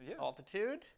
altitude